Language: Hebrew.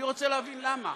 אני רוצה להבין למה.